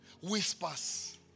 whispers